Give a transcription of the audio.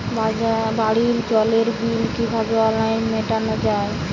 বাড়ির জলের বিল কিভাবে অনলাইনে মেটানো যায়?